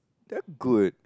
damn good